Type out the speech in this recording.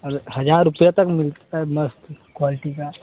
और हज़ार रुपये तक मिलता है मस्त क्वालटी का